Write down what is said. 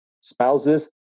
spouses